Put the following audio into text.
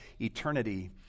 eternity